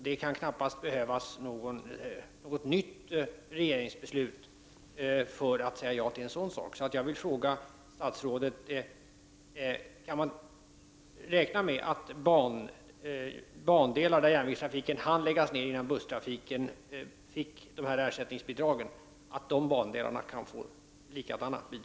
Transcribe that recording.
Det kan väl knappast behövas något nytt regeringsbeslut för att säga ja till en sådan åtgärd.